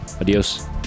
adios